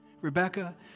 Rebecca